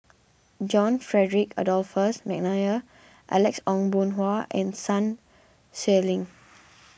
John Frederick Adolphus McNair Alex Ong Boon Hau and Sun Xueling